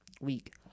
week